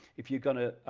if you gonna